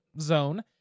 zone